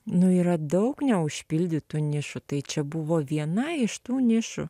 nu yra daug neužpildytų nišų tai čia buvo viena iš tų nišų